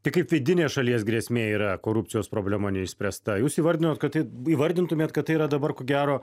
tai kaip vidinė šalies grėsmė yra korupcijos problema neišspręsta jūs įvardinot kad tai įvardintumėt kad tai yra dabar ko gero